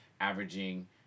averaging